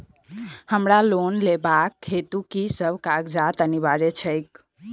हमरा लोन लेबाक हेतु की सब कागजात अनिवार्य छैक?